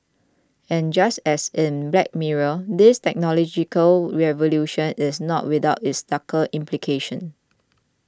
and just as in Black Mirror this technological revolution is not without its darker implications